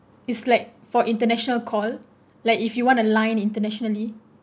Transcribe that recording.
is like for international call like if you want a line internationally